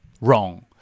Wrong